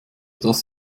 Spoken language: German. das